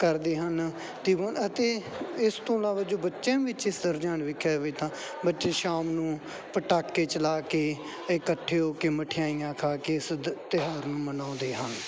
ਕਰਦੇ ਹਨ ਅਤੇ ਅਤੇ ਇਸ ਤੋਂ ਇਲਾਵਾ ਜੋ ਬੱਚਿਆਂ ਵਿੱਚ ਇਸ ਦਾ ਰੁਝਾਨ ਵੇਖਿਆ ਜਾਵੇ ਤਾਂ ਬੱਚੇ ਸ਼ਾਮ ਨੂੰ ਪਟਾਕੇ ਚਲਾ ਕੇ ਇਕੱਠੇ ਹੋ ਕੇ ਮਠਿਆਈਆਂ ਖਾ ਕੇ ਇਸ ਤਿਉਹਾਰ ਨੂੰ ਮਨਾਉਂਦੇ ਹਨ